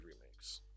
remakes